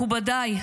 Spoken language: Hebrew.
מכובדיי,